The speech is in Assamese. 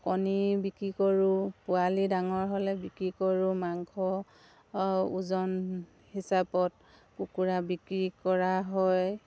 কণী বিক্ৰী কৰোঁ পোৱালি ডাঙৰ হ'লে বিক্ৰী কৰোঁ মাংস ওজন হিচাপত কুকুৰা বিক্ৰী কৰা হয়